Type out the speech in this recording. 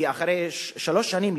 כי אחרי שלוש שנים,